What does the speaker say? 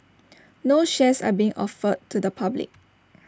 no shares are being offered to the public